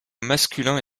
masculins